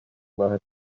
nahezu